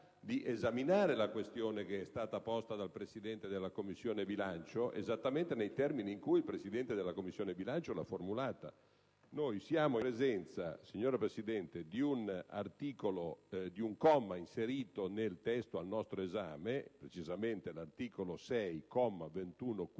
di esaminare la questione che è stata posta dal Presidente della Commissione bilancio, esattamente nei termini in cui il Presidente della Commissione bilancio l'ha formulata. Noi siamo in presenza, signora Presidente, di un comma inserito nel testo al nostro esame, precisamente all'articolo 6,